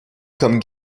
comme